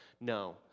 No